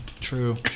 true